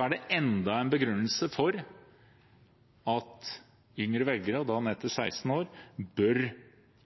– enda en begrunnelse for at yngre velgere, og da ned til 16 år, bør